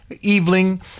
evening